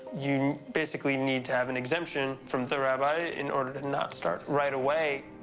you basically need to have an exemption from the rabbi in order to not start right away.